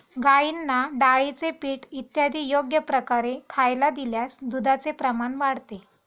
गाईंना डाळीचे पीठ इत्यादी योग्य प्रकारे खायला दिल्यास दुधाचे प्रमाण वाढते